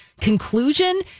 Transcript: conclusion